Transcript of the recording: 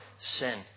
sin